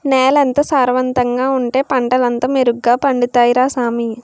నేలెంత సారవంతంగా ఉంటే పంటలంతా మెరుగ్గ పండుతాయ్ రా సామీ